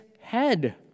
head